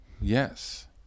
Yes